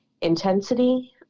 intensity